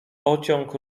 pociąg